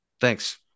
Thanks